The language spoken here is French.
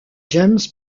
james